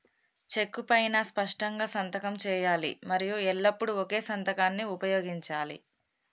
చెక్కు పైనా స్పష్టంగా సంతకం చేయాలి మరియు ఎల్లప్పుడూ ఒకే సంతకాన్ని ఉపయోగించాలే